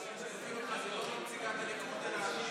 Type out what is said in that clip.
בשמחה, נציגת הליכוד אלא,